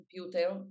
computer